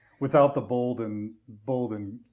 without the bold and bold and